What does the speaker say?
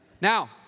Now